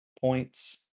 points